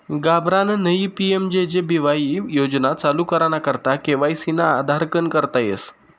घाबरानं नयी PMJJBY योजना चालू कराना करता के.वाय.सी ना आधारकन करता येस